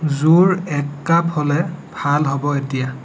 জোৰ এক কাপ হ'লে ভাল হ'ব এতিয়া